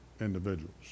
individuals